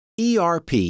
ERP